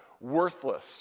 Worthless